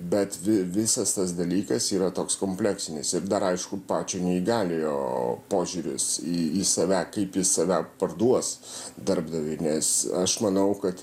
bet vi visas tas dalykas yra toks kompleksinis ir dar aišku pačio neįgaliojo požiūris į į save kaip jis save parduos darbdaviui nes aš manau kad